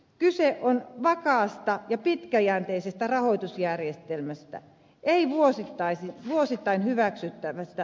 kyse on vakaasta ja pitkäjänteisestä rahoitusjärjestelmästä ei vuosittain hyväksyttävästä